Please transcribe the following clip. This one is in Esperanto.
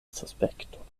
suspekto